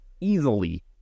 easily